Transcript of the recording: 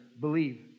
believe